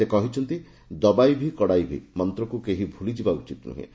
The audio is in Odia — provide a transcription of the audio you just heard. ସେ କହିଛନ୍ତି 'ଦବାଇ ଭି କଡାଇ ଭି' ମନ୍ତକୁ କେହି ଭୁଲିଯିବା ଉଚିତ୍ ନୁହେଁ